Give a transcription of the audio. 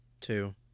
two